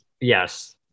Yes